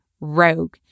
rogue